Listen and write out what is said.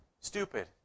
stupid